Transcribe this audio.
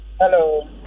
Hello